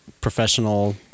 professional